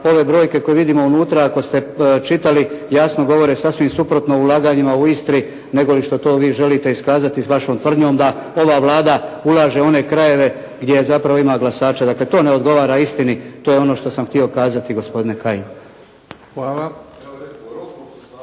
ove brojke koje vidimo unutra ako ste čitali jasno govore sasvim suprotno o ulaganjima u Istri, nego li što to vi želite iskazati s vašom tvrdnjom da ova Vlada ulaže u one krajeve gdje zapravo ima glasača. Dakle, to ne odgovara istini. To je ono što sam htio kazati gospodine Kajin.